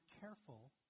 careful